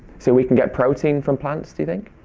so we can get protein from plants. do you think?